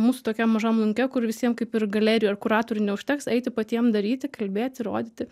mūsų tokiam mažam lauke kur visiem kaip ir galerijų ir kuratorių neužteks eiti patiem daryti kalbėti rodyti